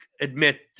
admit